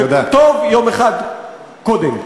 וטוב יום אחד קודם.